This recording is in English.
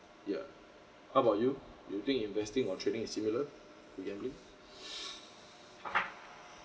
yeah how about you do you think investing or trading is similar do you agree